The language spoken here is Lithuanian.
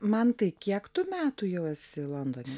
mantai kiek tų metų jau esi londone